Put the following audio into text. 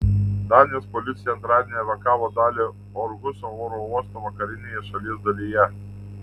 danijos policija antradienį evakavo dalį orhuso oro uosto vakarinėje šalies dalyje